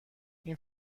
این